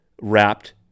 wrapped